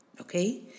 okay